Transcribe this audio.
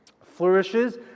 flourishes